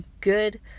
good